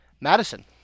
Madison